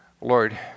Lord